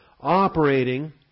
operating